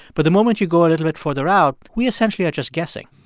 but the moment you go a little bit further out, we essentially are just guessing?